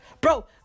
Bro